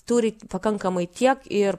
turi pakankamai tiek ir